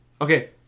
Okay